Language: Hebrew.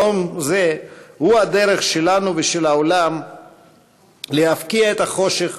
יום זה הוא הדרך שלנו ושל העולם להבקיע את החושך